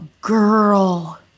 GIRL